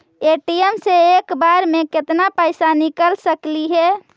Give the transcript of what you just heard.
ATM से एक बार मे केत्ना पैसा निकल सकली हे?